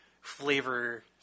flavor